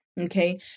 okay